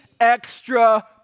extra